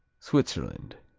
switzerland